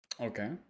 Okay